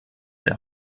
der